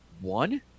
one